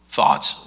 thoughts